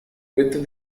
with